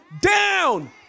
down